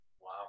Wow